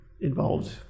involved